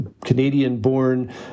Canadian-born